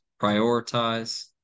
prioritize